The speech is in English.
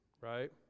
right